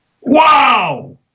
Wow